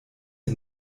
sie